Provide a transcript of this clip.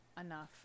enough